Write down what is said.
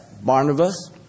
Barnabas